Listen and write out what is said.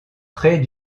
près